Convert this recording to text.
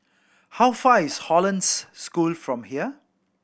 how far is Hollandse School from here